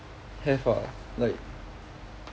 have ah like